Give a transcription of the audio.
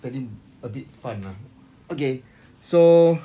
tadi a bit fun lah okay so